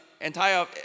entire